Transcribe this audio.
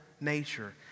nature